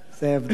זה ההבדל.